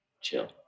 chill